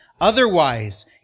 Otherwise